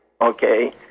okay